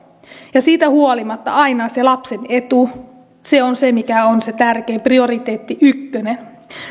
ja siitä huolimatta aina se lapsen etu se on se mikä on se tärkein prioriteetti ykkönen